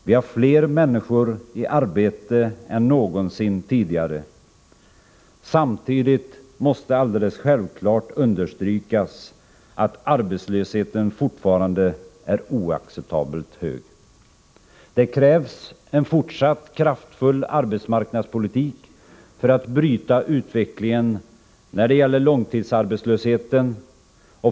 Vi har fler människor i arbete än någonsin tidigare. Samtidigt måste alldeles självfallet understrykas att arbetslösheten fortfarande är oacceptabelt hög. Det krävs en fortsatt kraftfull arbetsmarknadspolitik för att bryta utvecklingen när det gäller långtidsarbetslösheten.